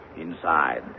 inside